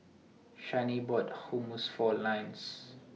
Shani bought Hummus For Ines